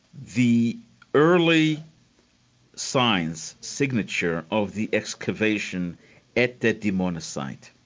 the early signs, signature, of the excavation at that dimona site.